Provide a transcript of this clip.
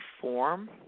form